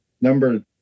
Number